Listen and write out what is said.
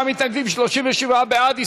49 מתנגדים, 37 בעד.